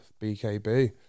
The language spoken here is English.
BKB